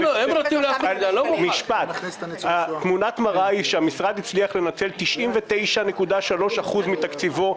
רוצים --- המשרד הצליח לנצל 99.3% מתקציבו.